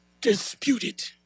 disputed